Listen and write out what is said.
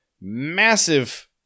massive